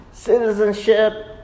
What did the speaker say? Citizenship